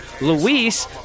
Luis